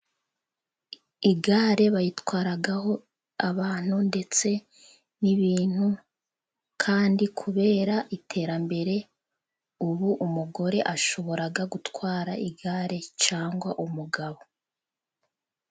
Igare bayitwaraho abantu ndetse n' ibintu kandi kubera iterambere, ubu umugore ashobora gutwara igare cyangwa umugabo.